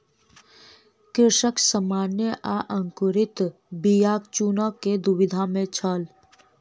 कृषक सामान्य आ अंकुरित बीयाक चूनअ के दुविधा में छल